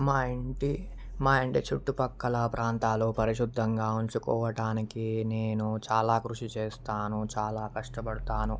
మా ఇంటి మా ఇంటి చుట్టుపక్కల ప్రాంతాలు పరిశుభ్రంగా ఉంచుకోవడానికి నేను చాలా కృషి చేస్తాను చాలా కష్టపడతాను